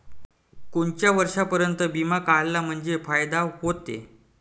कोनच्या वर्षापर्यंत बिमा काढला म्हंजे फायदा व्हते?